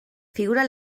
figura